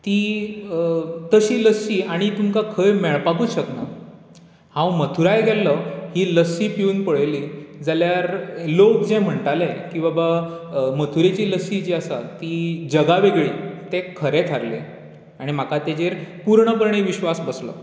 ती तशी लस्सी आनी तुमकां खंचत मेळपाकुच शकना हांव मथुराय गेल्लों ही लस्सी पिवन पळयली जाल्यार लोक जे म्हणटालें की बाबा मथुरेची जी लस्सी आसा ती जगावेगळी तें खरें थारलें आनी म्हाका तेजेर पुर्णपणे विस्वास बसलो